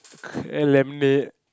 eh lemonade